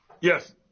Yes